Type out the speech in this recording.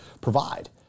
provide